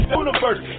universe